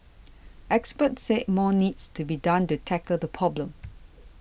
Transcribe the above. experts said more needs to be done to tackle the problem